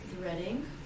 Threading